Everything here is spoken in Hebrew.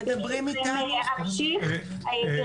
אני ברשותכם, אמשיך.